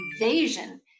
invasion